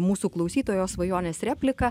mūsų klausytojo svajonės replika